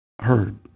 heard